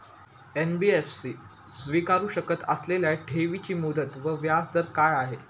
NBFC स्वीकारु शकत असलेल्या ठेवीची मुदत व व्याजदर काय आहे?